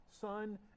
son